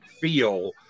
feel